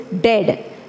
dead